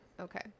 Okay